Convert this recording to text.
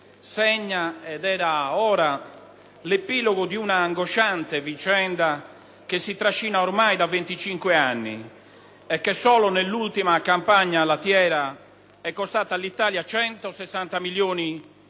segna - ed era ora - l'epilogo di una angosciante vicenda che si trascina ormai da venticinque anni e che, solo nell'ultima campagna lattiera, è costata all'Italia 160 milioni di euro